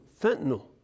fentanyl